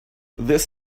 this